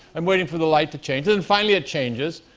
um waiting for the light to change. and finally it changes.